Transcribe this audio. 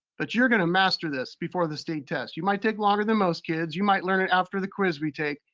but you're gonna master this before the state test. you might take longer than most kids. you might learn it after the quiz we take,